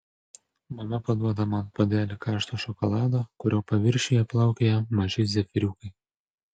mama paduoda man puodelį karšto šokolado kurio paviršiuje plaukioja maži zefyriukai